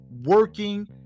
working